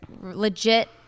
legit